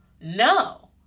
no